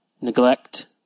Neglect